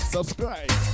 Subscribe